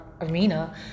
arena